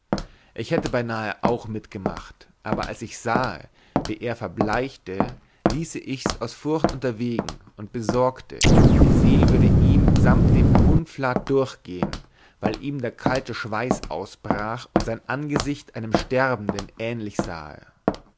ich hätte beinahe auch mitgemacht aber als ich sahe wie er verblaichte ließe ichs aus forcht unterwegen und besorgte die seel würde ihm samt dem unflat durchgehen weil ihm der kalte schweiß ausbrach und sein angesicht einem sterbenden ähnlich sahe